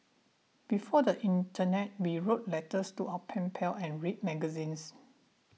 before the internet we wrote letters to our pen pals and read magazines